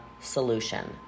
solution